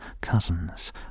cousins